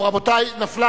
טוב, רבותי, נפלה